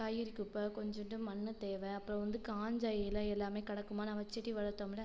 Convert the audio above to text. காய்கறி குப்பை கொஞ்சோண்டு மண்ணும் தேவை அப்புறம் வந்து காஞ்ச இலை எல்லாமே கிடக்குமா நம்ம செடி வளர்த்தோம்ல